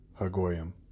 Hagoyim